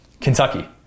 Kentucky